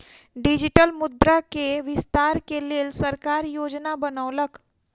digital मुद्रा के विस्तार के लेल सरकार योजना बनौलक